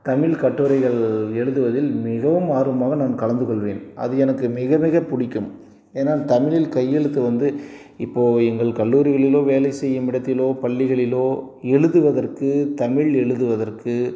தமிழ் கட்டுரைகள் எழுதுவதில் மிகவும் ஆர்வமாக நான் கலந்து கொள்வேன் அது எனக்கு மிக மிக பிடிக்கும் ஏன்னா தமிழில் கையெழுத்து வந்து இப்போ எங்கள் கல்லூரிகளிலோ வேலை செய்யும் இடத்திலோ பள்ளிகளிலோ எழுதுவதற்கு தமில் எழுதுவதற்கு